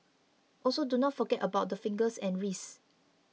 also do not forget about the fingers and wrists